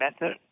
method